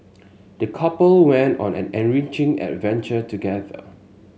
the couple went on an enriching adventure together